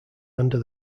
under